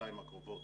בשנה-שנתיים הקרובות